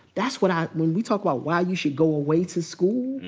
that's what i when we talk about why you should go away to school,